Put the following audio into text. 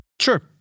Sure